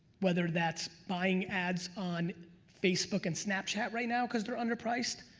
whether that's buying ads on facebook and snapchat right now cause they're under priced,